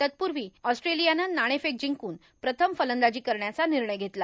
तत्पूर्वी ऑस्ट्रेलियानं नाणेफेक जिंकून प्रथम फलंदाजी करण्याचा निर्णय घेतला